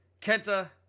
Kenta